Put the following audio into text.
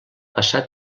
passar